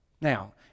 Now